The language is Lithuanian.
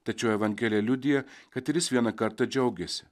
tačiau evangelija liudija kad ir jis vieną kartą džiaugėsi